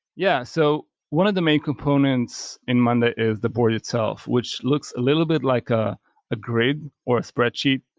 yeah. so, one of the main components in monday is the board itself, which looks a little bit like ah a grid or a spreadsheet.